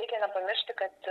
reikia nepamiršti kad